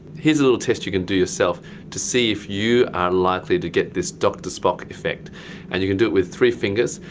here's a little test you can do yourself to see if you are likely to get this dr. spock effect and you can do it with three fingers.